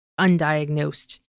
undiagnosed